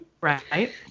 Right